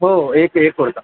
हो हो एक एक कुडता